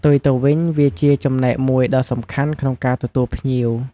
ផ្ទុយទៅវិញ វាជាចំណែកមួយដ៏សំខាន់ក្នុងការទទួលភ្ញៀវ។